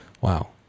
Wow